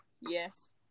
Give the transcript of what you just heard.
yes